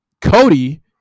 Cody